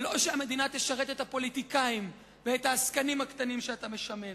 ולא שהמדינה תשרת את הפוליטיקאים ואת העסקנים הקטנים שאתה משמן.